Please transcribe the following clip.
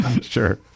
Sure